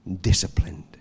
Disciplined